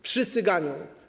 Wszyscy ganią.